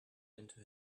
into